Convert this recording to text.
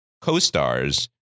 co-stars